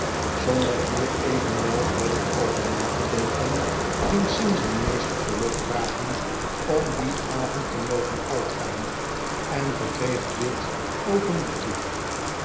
zonder hier evenwel verder over na te denken ging sam zijn meester verlof vragen om dien avond te mo gen uitgaan en verkreeg dit